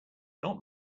not